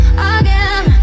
again